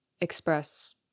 express